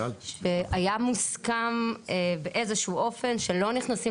היה מוסכם באיזשהו אופן שלא נכנסים